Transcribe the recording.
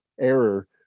error